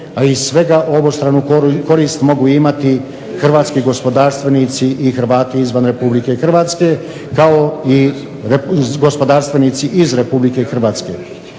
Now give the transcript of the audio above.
a iz svega obostranu korist mogu imati hrvatski gospodarstvenici i Hrvati izvan Republike Hrvatske, kao i gospodarstvenici iz Republike Hrvatske.